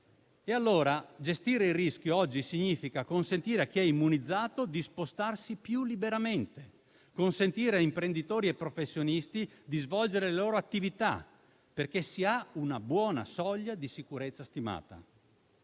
accadere. Gestire il rischio oggi significa allora consentire a chi è immunizzato di spostarsi più liberamente, consentire a imprenditori e professionisti di svolgere le loro attività perché si ha una buona soglia di sicurezza stimata.